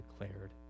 declared